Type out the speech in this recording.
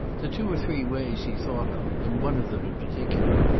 the two or three ways he thought of, and one of them in particular,